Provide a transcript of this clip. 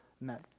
met